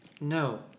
No